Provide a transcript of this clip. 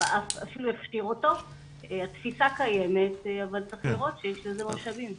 התפיסה קיימת אבל צריך לראות שיש לזה משאבים.